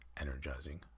energizing